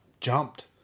jumped